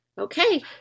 okay